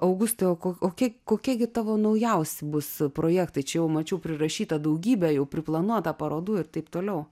augustai o kok kokie gi tavo naujausi bus projektai čia jau mačiau prirašyta daugybė jau priplanuota parodų ir taip toliau